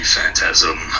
Phantasm